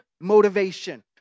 motivation